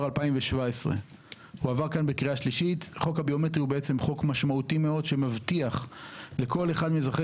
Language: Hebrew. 2017. החוק הביומטרי הוא חוק משמעותי מאוד שמבטיח לכל אחד מאזרחי